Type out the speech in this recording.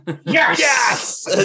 Yes